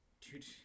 dude